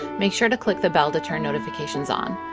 make sure to click the bell to turn notifications on.